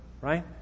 right